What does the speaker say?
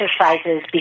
exercises